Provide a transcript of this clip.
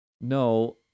No